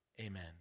Amen